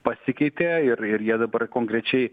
pasikeitė ir ir jie dabar konkrečiai